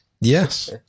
Yes